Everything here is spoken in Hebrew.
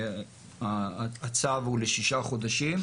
הצו הוא לשישה חודשים,